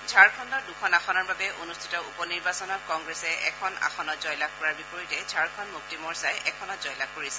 ঝাৰখণ্ডত দুখন আসনৰ বাবে অনুষ্ঠিত উপ নিৰ্বাচনত কংগ্ৰেছে এখন আসনত জয়লাভ কৰাৰ বিপৰীতে ঝাৰখণ্ড মুক্তি মৰ্চাই এখনত জয়লাভ কৰিছে